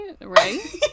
right